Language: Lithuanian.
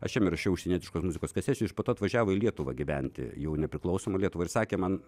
aš jam įrašiau užsienietiškos muzikos kasečių jis po to atvažiavo į lietuvą gyventi jau nepriklausomą lietuvą ir sakė man